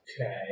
okay